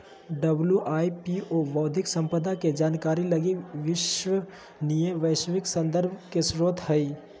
WIPO बौद्धिक संपदा के जानकारी लगी विश्वसनीय वैश्विक संदर्भ के स्रोत हइ